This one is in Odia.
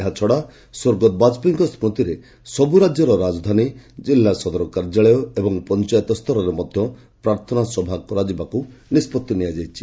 ଏହାଛଡ଼ା ସ୍ୱର୍ଗତ ବାଜପେୟୀଙ୍କ ସ୍କୁତିରେ ସବୁ ରାଜ୍ୟର ରାଜଧାନୀ ଜିଲ୍ଲା ସଦର କାର୍ଯ୍ୟାଳୟ ଏବଂ ପଞ୍ଚାୟତସ୍ତରରେ ମଧ୍ୟ ପ୍ରାର୍ଥନା ସଭା କରାଯିବାକୁ ନିଷ୍କଭି ନିଆଯାଇଛି